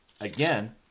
again